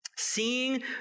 Seeing